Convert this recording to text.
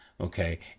Okay